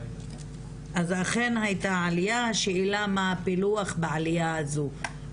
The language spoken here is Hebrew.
אז אכן הייתה עלייה השאלה מה הפילוח של העלייה הזאת,